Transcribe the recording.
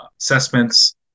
assessments